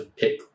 pick